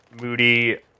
moody